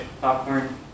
Popcorn